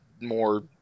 more